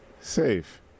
Safe